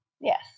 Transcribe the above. yes